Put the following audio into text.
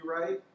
right